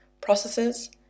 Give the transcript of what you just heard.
processes